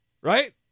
right